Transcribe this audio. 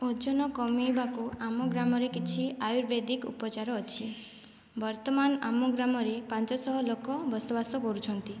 ଓଜନ କମାଇବାକୁ ଆମ ଗ୍ରାମରେ କିଛି ଆୟୁର୍ବେଦିକ ଉପଚାର ଅଛି ବର୍ତ୍ତମାନ ଆମ ଗ୍ରାମରେ ପାଞ୍ଚଶହ ଲୋକ ବସବାସ କରୁଛନ୍ତି